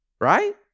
right